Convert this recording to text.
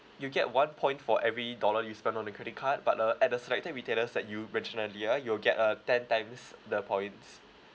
you get one point for every dollar you spend on the credit card but uh at the selected retailers that you you will get a ten times the points